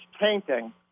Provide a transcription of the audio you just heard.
painting